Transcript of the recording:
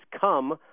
come